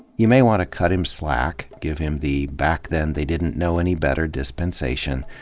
you may want to cut him slack, give him the back then they didn't know any better d ispensation.